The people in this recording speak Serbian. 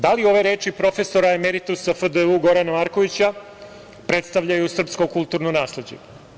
Da li ove reči profesora emeritusa FDU Gorana Markovića predstavljaju srpsko kulturno nasleđe?